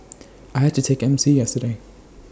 I've had to take M C yesterday